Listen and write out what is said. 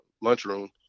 lunchroom